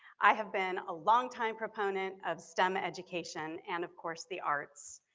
i have been a long-time proponent of stem education and, of course, the arts.